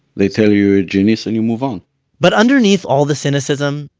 they tell you're a genius and you move on but underneath all the cynicism,